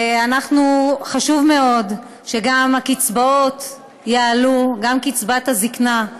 חשוב מאוד שגם הקצבאות יעלו, גם קצבת הזקנה,